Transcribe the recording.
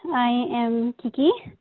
i am kiki.